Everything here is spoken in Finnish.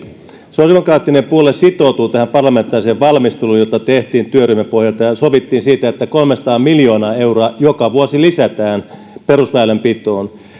sosiaalidemokraattinen puolue sitoutuu tähän parlamentaariseen valmisteluun jota tehtiin työryhmäpohjalta ja jossa sovittiin siitä että kolmesataa miljoonaa euroa joka vuosi lisätään perusväylänpitoon